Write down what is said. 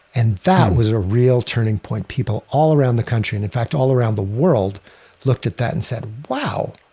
and that was a real turning point. people all around the country and in fact all around the world looked at that and said, wow.